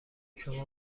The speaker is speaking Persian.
شما